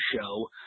show